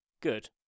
Good